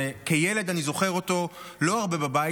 וכילד אני זוכר אותו לא הרבה בבית.